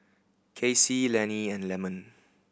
Kaycee Lennie and Lemon